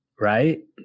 right